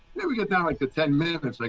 there we go. now, like ah ten commandments like